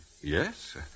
Yes